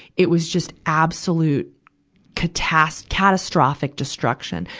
it was just absolute catastro, catastrophic destruction.